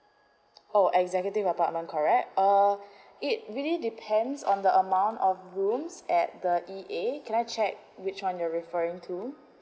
orh executive apartment correct uh it really depends on the amount of rooms at the E_A can I check which one you're referring to